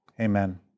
amen